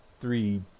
three